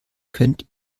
könnt